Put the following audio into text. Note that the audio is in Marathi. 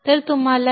तर तुम्हाला हे